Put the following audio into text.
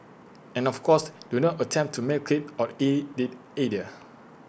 and of course do not attempt to milk IT or eat IT